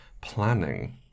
planning